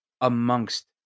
amongst